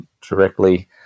directly